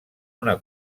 una